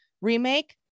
remake